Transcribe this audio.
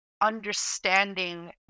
understanding